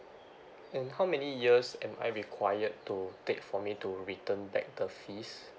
and how many years am I required to take for me to return back the fees